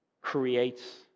creates